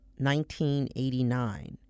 1989